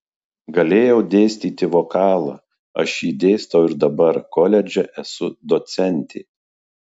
galėjau dėstyti vokalą aš jį dėstau ir dabar koledže esu docentė